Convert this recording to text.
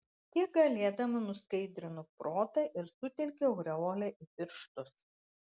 kiek galėdama nuskaidrinu protą ir sutelkiu aureolę į pirštus